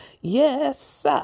Yes